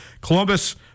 Columbus